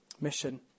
mission